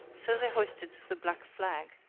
so they hoisted the black flag,